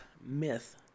myth